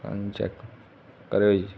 check ਕਰਿਓ ਜੀ